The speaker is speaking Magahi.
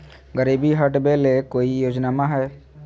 गरीबी हटबे ले कोई योजनामा हय?